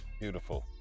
Beautiful